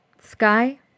Sky